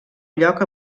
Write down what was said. lloc